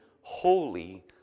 holy